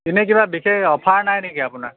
এনেই কিবা বিশেষ অফাৰ নাই নেকি আপোনাৰ